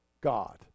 God